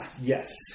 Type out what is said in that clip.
yes